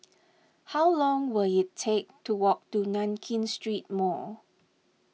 how long will it take to walk to Nankin Street Mall